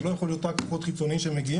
זה לא יכול להיות רק כוחו חיצוניים שמגיעים,